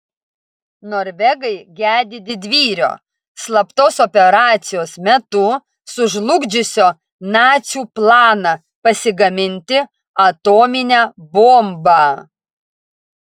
norvegai gedi didvyrio slaptos operacijos metu sužlugdžiusio nacių planą pasigaminti atominę bombą